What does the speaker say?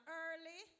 early